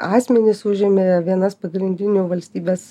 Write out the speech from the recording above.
asmenys užėmė vienas pagrindinių valstybės